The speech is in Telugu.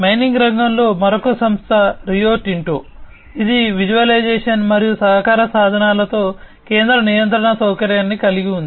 మైనింగ్ రంగంలో మరొక సంస్థ రియో టింటో ఇది విజువలైజేషన్ మరియు సహకార సాధనాలతో కేంద్ర నియంత్రణ సౌకర్యాన్ని కలిగి ఉంది